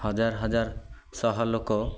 ହଜାର ହଜାର ଶହ ଲୋକ